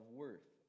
worth